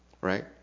right